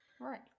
right